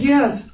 Yes